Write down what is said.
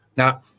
Now